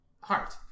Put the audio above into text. heart